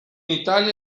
italia